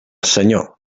senyor